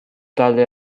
talde